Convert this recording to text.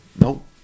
nope